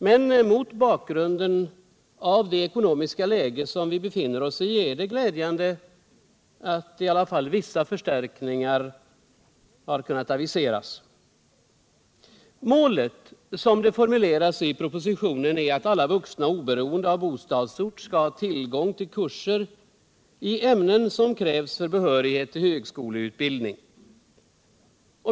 Men mot bakgrunden av det ekonomiska läge som vi befinner oss i är det glädjande att i alla fall vissa förändringar har kunnat aviseras. Målet som det formuleras i propositionen är att alla vuxna oberoende av bostadsort skall ha tillgång till kurser i ämnen som krävs för behörighet till högskoleutbildning.